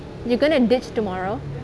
you're going to ditch tomorrow